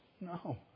No